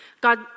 God